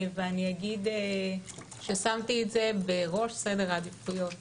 ואני אגיד ששמתי את זה בראש סדר העדיפויות